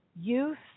youth